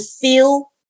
feel